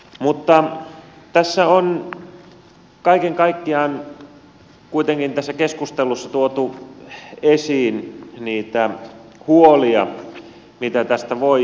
mutta tässä keskustelussa on kaiken kaikkiaan kuitenkin tuotu esiin niitä huolia joita tästä voi johtua